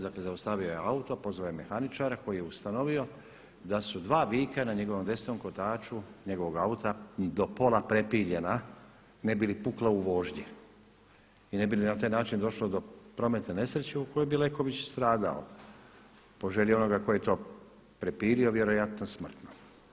Dakle, zaustavi je auto, pozvao je mehaničara koji je ustanovio da su dva vijka na njegovom desnom kotaču njegovog auta do pola prepiljena ne bi li pukla u vožnji i ne bi li na taj način došlo do prometne nesreće u kojoj bi Leković stradao po želji onoga tko je to prepilio vjerojatno smrtno.